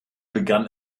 begann